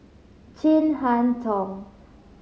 Chin Harn Tong